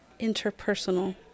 interpersonal